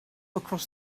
across